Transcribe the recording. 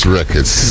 records